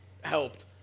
helped